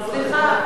סליחה,